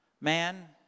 man